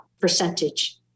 percentage